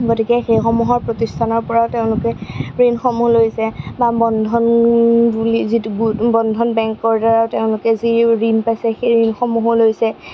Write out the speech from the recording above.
গতিকে সেইসমূহ প্ৰতিষ্ঠানৰ পৰাও তেওঁলোকে ঋণসমূহ লৈছে বা বন্ধন বুলি যিটো গোট বন্ধন বেংকৰ দ্বাৰা তেওঁলোকে যি ঋণ পাইছে সেই ঋণসমূহো লৈছে